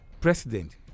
president